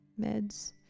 meds